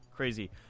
crazy